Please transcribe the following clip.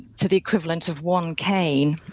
to the equivalent of one cane.